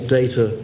data